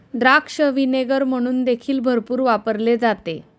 द्राक्ष व्हिनेगर म्हणून देखील भरपूर वापरले जाते